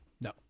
No